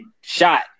shot